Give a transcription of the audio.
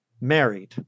married